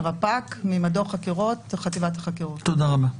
הצעת החוק הזאת היא חלק ממערך של החקיקות שנדרשות